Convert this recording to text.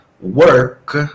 work